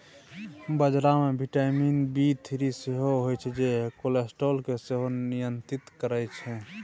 बजरा मे vitamin B three सेहो होइ छै जे कोलेस्ट्रॉल केँ सेहो नियंत्रित करय छै